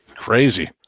Crazy